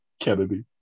Kennedy